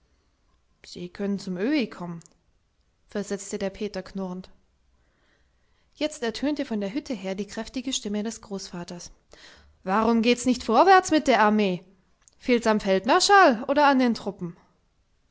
sie können zum öhi kommen versetzte der peter knurrend jetzt ertönte von der hütte her die kräftige stimme des großvaters warum geht's nicht vorwärts mit der armee fehlt's am feldmarschall oder an den truppen